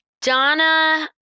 Donna